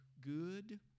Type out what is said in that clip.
good